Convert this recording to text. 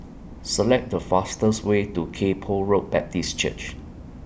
Select The fastest Way to Kay Poh Road Baptist Church